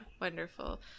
wonderful